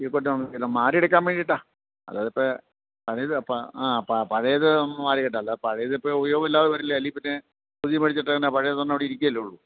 മാല എടുക്കാൻ വേണ്ടിയിട്ടാണ് അത് ഇപ്പോള് ആ പഴയത് മാലയിട്ടാല് അല്ലാതെ പഴയതിപ്പോള് ഉപയോഗമില്ലാതെ വരില്ലേ അല്ലെങ്കില്പ്പിന്നെ പുതിയത് മേടിച്ചിട്ടുകഴിഞ്ഞാല് പഴയ സ്വർണം ഇവിടെ ഇരിക്കുകയല്ലേ ഉള്ളൂ